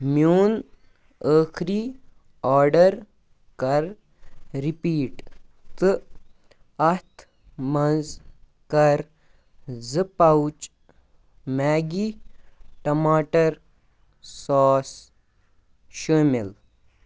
میون ٲخری آڈَر کر رِپیٖٹ تہٕ اَتھ منٛز کر زٕ پاوُچ میگی ٹَماٹَر ساس شٲمِل